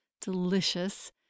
delicious